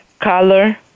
color